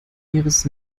ihres